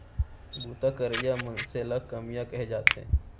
बूता करइया मनसे ल कमियां कहे जाथे